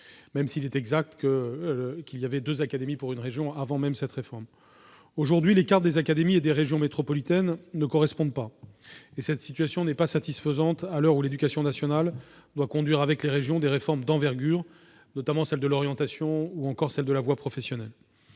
mise en oeuvre de la réforme, deux académies dans cette région. Aujourd'hui, les cartes des académies et des régions métropolitaines ne correspondent pas. Une telle situation n'est pas satisfaisante, à l'heure où l'éducation nationale doit conduire avec les régions des réformes d'envergure, notamment celle de l'orientation ou celle de la voie professionnelle.